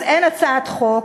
אז אין הצעת חוק.